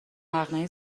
مقنعه